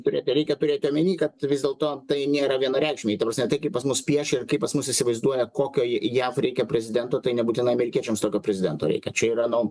turėti reikia turėti omeny kad vis dėlto tai nėra vienareikšmiai ta prasme taip kaip pas mus piešia ir kaip pas mus įsivaizduoja kokio jav reikia prezidento tai nebūtinai amerikiečiams tokio prezidento reikia čia yra nu